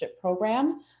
program